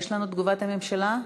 יש לנו תגובת הממשלה?